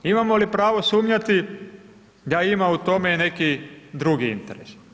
Imamo li pravo sumnjati da ima u tome neki drugi interes?